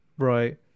right